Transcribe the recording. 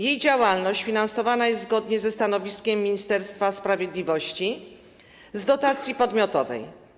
Jej działalność finansowana jest, zgodnie ze stanowiskiem Ministerstwa Sprawiedliwości, z dotacji podmiotowej.